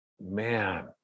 Man